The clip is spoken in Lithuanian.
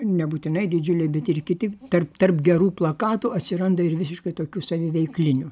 nebūtinai didžiuliai bet ir kiti tarp tarp gerų plakatų atsiranda ir visiškai tokių saviveiklinių